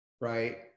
right